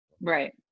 Right